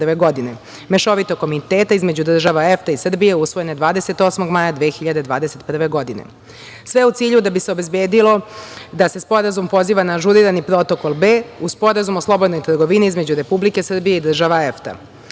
Mešovitog komiteta između država EFTA i Srbije, usvojene 28. maja 2021. godine, sve u cilju da bi se obezbedilo da se Sporazum poziva na ažurirani Protokol B, uz Sporazum o slobodnoj trgovini između Republike Srbije i država EFTA.Kao